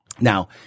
Now